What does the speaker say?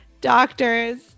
doctors